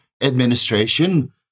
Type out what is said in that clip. administration